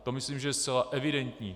To myslím, že je zcela evidentní.